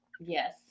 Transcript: Yes